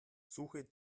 suche